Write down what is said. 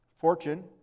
fortune